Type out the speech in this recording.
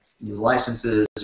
licenses